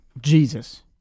Jesus